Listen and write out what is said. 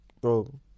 Bro